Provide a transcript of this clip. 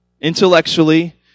intellectually